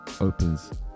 opens